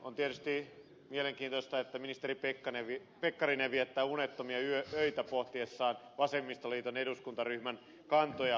on tietysti mielenkiintoista että ministeri pekkarinen viettää unettomia öitä pohtiessaan vasemmistoliiton eduskuntaryhmän kantoja